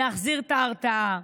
להחזיר את ההרתעה.